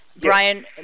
Brian